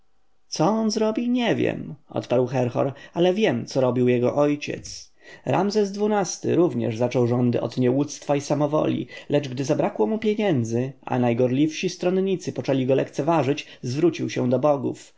co on zrobi nie wiem odparł herhor ale wiem co robił jego ojciec ramzes xii-ty również zaczął rządy od nieuctwa i samowoli lecz gdy zabrakło mu pieniędzy a najgorliwsi stronnicy poczęli go lekceważyć zwrócił się do bogów